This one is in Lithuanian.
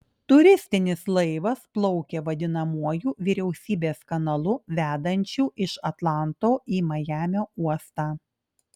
turistinis laivas plaukė vadinamuoju vyriausybės kanalu vedančiu iš atlanto į majamio uostą